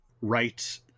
right